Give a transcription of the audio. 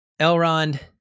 Elrond